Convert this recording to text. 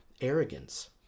arrogance